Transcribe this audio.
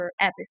episode